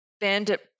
Bandit